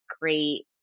great